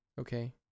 okay